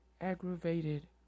aggravated